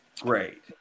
great